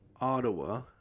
Ottawa